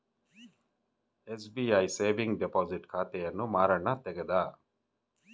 SBI saving deposit ಖಾತೆಯನ್ನು ಮಾರಣ್ಣ ತೆಗದ